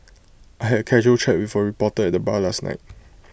I had A casual chat with A reporter at the bar last night